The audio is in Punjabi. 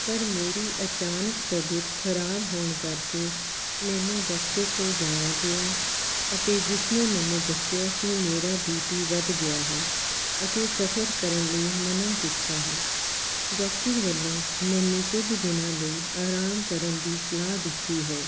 ਪਰ ਮੇਰੀ ਅਚਾਨਕ ਤਬੀਅਤ ਖਰਾਬ ਹੋਣ ਕਰਕੇ ਮੈਨੂੰ ਡੋਕਟਰ ਕੋਲ ਜਾਣਾ ਪਿਆ ਅਤੇ ਜਿਸਨੇ ਮੈਨੂੰ ਦੱਸਿਆ ਕਿ ਮੇਰਾ ਬੀ ਪੀ ਵਧ ਗਿਆ ਹੈ ਅਤੇ ਸਫਰ ਕਰਨ ਲਈ ਮਨ੍ਹਾਂ ਕੀਤਾ ਹੈ ਡੋਕਟਰ ਵੱਲੋਂ ਮੈਨੂੰ ਕੁਝ ਦਿਨਾਂ ਲਈ ਆਰਾਮ ਕਰਨ ਦੀ ਸਲਾਹ ਦਿੱਤੀ ਹੈ